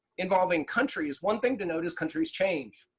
involving countries, one thing to note is countries change.